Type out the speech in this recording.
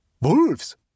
Wolves